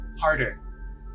harder